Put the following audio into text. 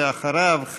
ואחריו,